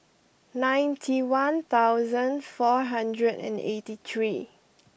ninety one thousand four hundred and eighty three